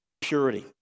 purity